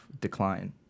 decline